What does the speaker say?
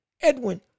Edwin